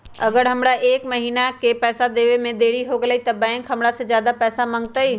अगर हमरा से एक महीना के पैसा देवे में देरी होगलइ तब बैंक हमरा से ज्यादा पैसा मंगतइ?